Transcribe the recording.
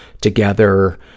together